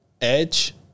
Edge